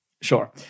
Sure